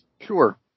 Sure